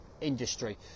industry